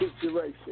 situation